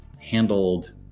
handled